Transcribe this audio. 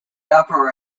uproar